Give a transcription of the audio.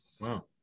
Wow